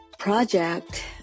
Project